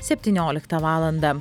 septynioliktą valandą